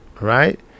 Right